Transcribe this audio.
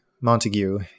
Montague